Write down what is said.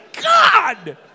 God